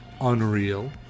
unreal